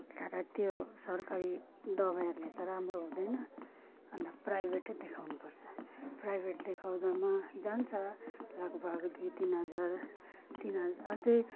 ल्याएर त्यो सरकारी दबाईहरूले त राम्रो हुँदैन अन्त प्राइभेटै देखाउनुपर्छ प्राइभेट देखाउँदामा जान्छ लगभग दुई तिन हजार तिन हजार अझै